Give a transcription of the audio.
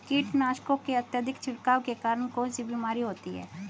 कीटनाशकों के अत्यधिक छिड़काव के कारण कौन सी बीमारी होती है?